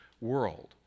world